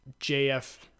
JF